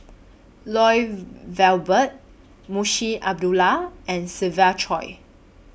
Lloyd Valberg Munshi Abdullah and Siva Choy